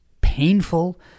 painful